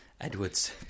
Edwards